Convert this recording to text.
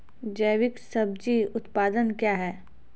जैविक सब्जी उत्पादन क्या हैं?